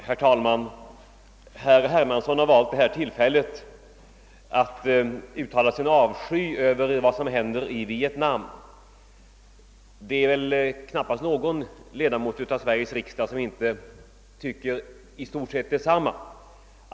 Herr talman! Herr Hermansson har valt detta tillfälle att uttala sin avsky över vad som händer i Vietnam. Det är väl knappast någon ledamot av Sveriges riksdag, som inte tycker i stort sett detsamma som han i detta avseende.